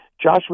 Josh